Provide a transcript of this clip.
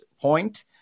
point